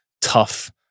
tough